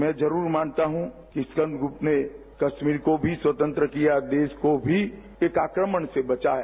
मैं जरूर मानता हूँ कि स्कन्दगुत ने कश्मीर को भी स्वतंत्र किया देश को भी एक आक्रामण से बचाया